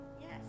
Yes